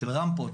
של רמפות,